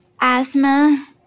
Asthma